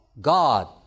God